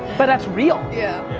but, that's real. yeah.